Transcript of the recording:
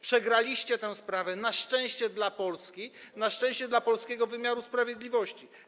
Przegraliście tę sprawę na szczęście dla Polski, na szczęście dla polskiego wymiaru sprawiedliwości.